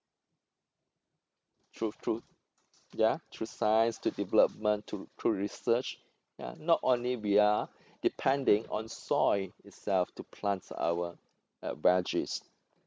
true true ya through science through development through through research ya not only we are depending on soil itself to plant our uh veggies